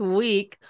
week